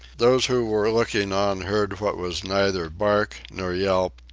those who were looking on heard what was neither bark nor yelp,